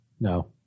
No